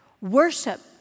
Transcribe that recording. Worship